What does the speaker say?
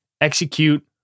execute